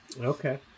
Okay